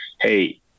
hey